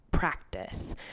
practice